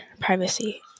privacy